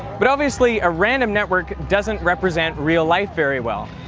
but obviously a random network doesn't represent real life very well.